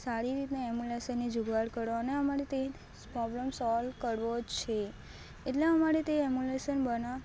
સારી રીતના ઍમ્બ્યુલન્સને જુગાડ કરો અને અમારે તે પ્રોબ્લેમ સોલ્વ કરવો જ છે એટલે અમારે તે ઍમ્બ્યુલન્સને બનાવ